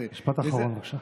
משפט אחרון, בבקשה.